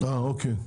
אוקיי,